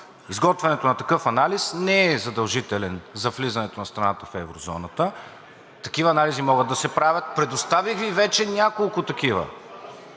Изготвянето на такъв анализ не е задължителен за влизането на страната в еврозоната. Такива анализи могат да се правят, предоставих Ви вече няколко такива.